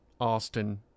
Austin